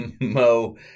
Mo